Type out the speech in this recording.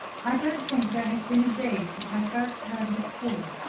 i don't think there has been a day since i first heard his call,